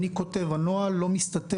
אני כותב, הנוהל לא מסתתר,